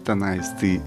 tenais tai